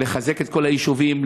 לחזק את כל היישובים,